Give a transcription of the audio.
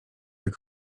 jak